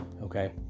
Okay